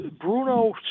Bruno